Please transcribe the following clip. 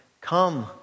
come